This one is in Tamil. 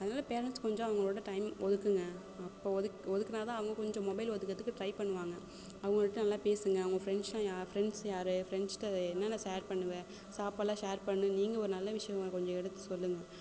அதனால் பேரெண்ட்ஸ் கொஞ்சம் அவங்களோடய டைம் ஒதுக்குங்க இப்போ ஒதுக்கு ஒதுக்குனா தான் அவங்க கொஞ்சம் மொபைல் ஒதுக்கிறதுக்கு ட்ரை பண்ணுவாங்க அவங்கள்ட்ட நல்லா பேசுங்க அவங்க ஃப்ரெண்ட்ஸ்லாம் யா ஃப்ரெண்ட்ஸ் யாரு ஃப்ரெண்ட்ஸ்கிட்ட என்னென்ன ஷேர் பண்ணுவ சாப்பாட்லாம் ஷேர் பண்ணு நீங்கள் ஒரு நல்ல விஷயங்களை கொஞ்சம் எடுத்து சொல்லுங்க